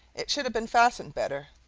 it should have been fastened better.